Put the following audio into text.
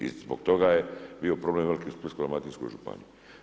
I zbog toga je bio problem veliki u Splitsko-dalmatinskoj županiji.